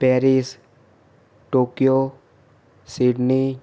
Paris Tokyo Sydney